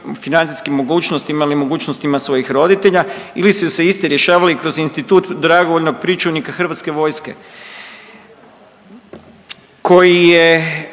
financijskim mogućnostima ili mogućnostima svojih roditelja ili su se isti rješavali kroz institut dragovoljnog pričuvnika HV-a koji je